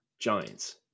Giants